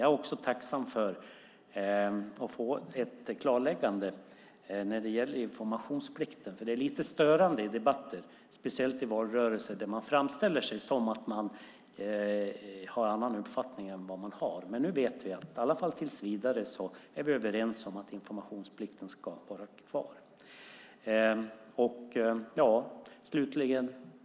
Jag är också tacksam för att få ett klarläggande när det gäller informationsplikten. Det är lite störande i debatter, speciellt i valrörelser, när man framställer sig som om man har en annan uppfattning än vad man har. Men nu vet vi att vi i alla fall tills vidare är överens om att informationsplikten ska vara kvar.